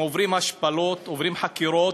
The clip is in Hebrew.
עוברים השפלות, עוברים חקירות,